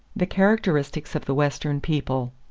the characteristics of the western people.